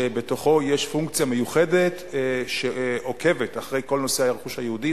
שבתוכו יש פונקציה מיוחדת שעוקבת אחרי כל נושא הרכוש היהודי,